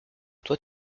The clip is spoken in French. toi